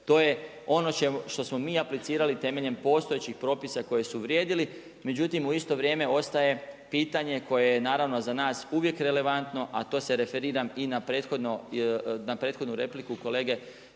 to je ono što smo mi aplicirali temeljem postojećih propisa koje su vrijedili. Međutim u isto vrijeme ostaje pitanje koje je naravno za nas uvijek relevantno a to se referiram i na prethodnu repliku kolege